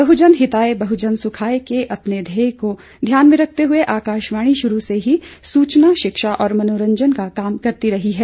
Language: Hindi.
बहुजन हिताय बहुजन सुखाय के अपने ध्येय को ध्यान में रखते हुए आकाशवाणी शुरु से ही सूचना शिक्षा और मनोरंजन का काम करती रही है